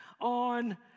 on